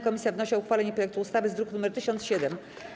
Komisja wnosi o uchwalenie projektu ustawy z druku nr 1007.